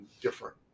different